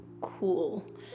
cool